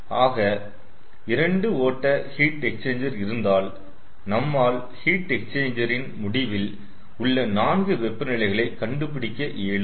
ஆக 2 ஓட்ட heat exchanger இருந்தால் நம்மால் ஹீட் எக்ஸ்சேஞ்சரின் முடிவில் உள்ள நான்கு வெப்ப நிலைகளை கண்டுபிடிக்க இயலும்